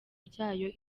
ryayo